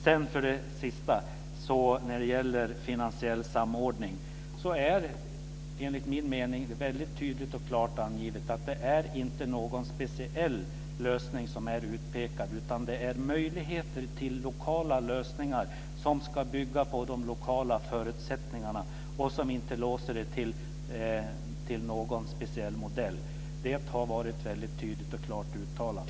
Till sist: Angående finansiell samordning är det enligt min mening mycket tydligt och klart angivet att det inte är någon speciell lösning som har pekats ut, utan det finns möjligheter till lokala lösningar som ska bygga på lokala förutsättningar och som inte låser sig fast till någon speciell modell. Det har varit väldigt tydligt och klart uttalat.